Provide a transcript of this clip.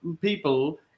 people